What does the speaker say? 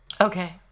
Okay